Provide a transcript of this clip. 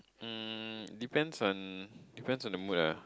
um depends on depends on the mood ah